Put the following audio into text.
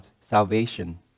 salvation